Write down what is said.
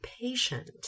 patient